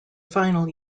final